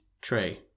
tray